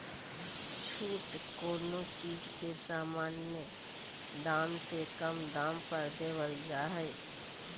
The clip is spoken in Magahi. छूट कोनो चीज के सामान्य दाम से कम दाम पर देवल जा हइ